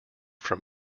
from